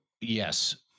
yes